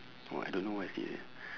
!wah! I don't know what is it eh